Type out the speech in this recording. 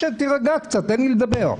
תירגע קצת, תן לי לדבר.